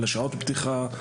על שעות הפתיחה,